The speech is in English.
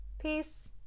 Peace